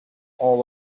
all